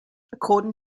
according